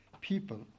people